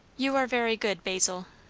you are very good, basil!